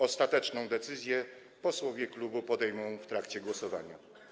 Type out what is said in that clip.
Ostateczną decyzję posłowie klubu podejmą w trakcie głosowania.